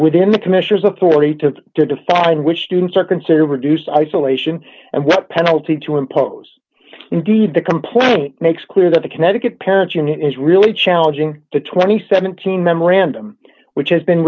within the commissioner's authority to define which students are considered reduce isolation and what penalty to impose indeed the complaint makes clear that the connecticut parent unit is really challenging the two thousand and seventeen memorandum which has been